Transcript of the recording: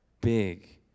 big